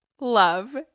love